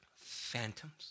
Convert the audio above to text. Phantoms